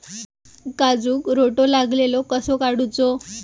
काजूक रोटो लागलेलो कसो काडूचो?